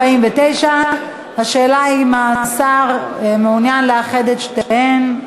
149). השאלה היא האם השר מעוניין לאחד את שתיהן.